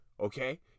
Okay